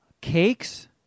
cakes